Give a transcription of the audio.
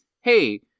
hey